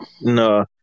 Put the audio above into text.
No